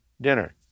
dinner